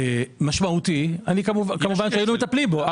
כשל משמעותי, כמובן שהיינו מטפלים בו.